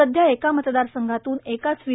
सध्या एका मतदार संघातून एकाच व्ही